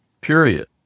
period